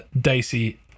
dicey